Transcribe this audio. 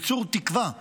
ייצור תקווה לכולנו,